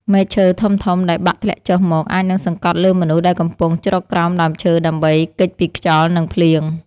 មែកឈើធំៗដែលបាក់ធ្លាក់ចុះមកអាចនឹងសង្កត់លើមនុស្សដែលកំពុងជ្រកក្រោមដើមឈើដើម្បីគេចពីខ្យល់ និងភ្លៀង។